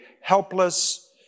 helpless